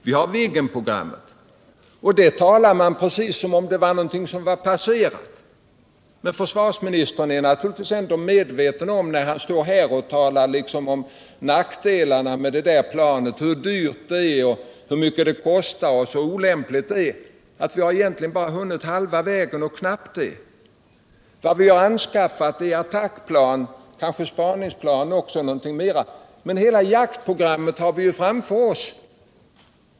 Vi har Viggenprogrammet, och man talar om det precis som om det vore passerat. Men försvarsministern är naturligtvis ändå medveten om, när han står här och talar om nackdelarna med det planet, hur dyrt det är, hur olämpligt det är osv., att vi egentligen bara har hunnit halva vägen i anskaffning av planen och knappt det. Vi har anskaffat attackplan och kanske också spaningsplan, men vi har hela jaktprogrammet framför oss.